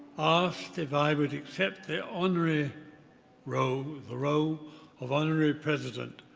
asked if i would accept the honourary role, the role of honourary president,